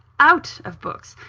out of books.